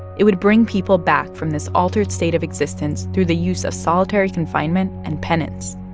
it would bring people back from this altered state of existence through the use of solitary confinement and penance.